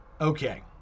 Okay